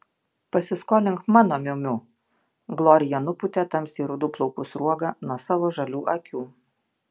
pasiskolink mano miu miu glorija nupūtė tamsiai rudų plaukų sruogą nuo savo žalių akių